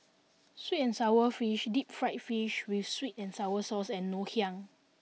sweet and sour fish deep fried fish with sweet and sour sauce and Ngoh Hiang